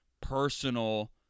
personal